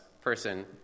person